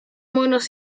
monos